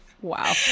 wow